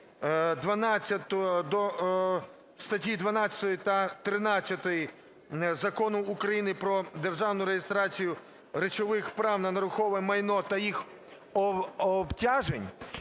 до статті 12 та 13 Закону України "Про державну реєстрацію речових прав на нерухоме майно та їх обтяжень".